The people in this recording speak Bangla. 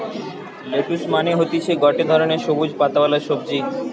লেটুস মানে হতিছে গটে ধরণের সবুজ পাতাওয়ালা সবজি